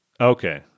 Okay